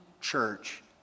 church